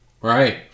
right